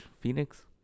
Phoenix